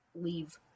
leave